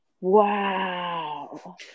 Wow